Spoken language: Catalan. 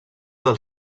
del